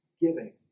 giving